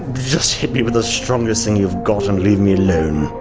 just hit me with the strongest thing you've got and leave me alone!